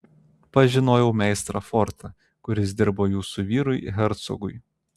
pažinojau meistrą fortą kuris dirbo jūsų vyrui hercogui